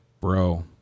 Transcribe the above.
bro